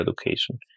education